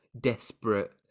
desperate